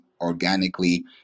organically